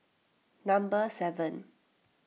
number seven